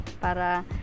para